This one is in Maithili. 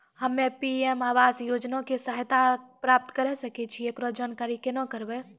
हम्मे पी.एम आवास योजना के सहायता प्राप्त करें सकय छियै, एकरो जानकारी केना करबै?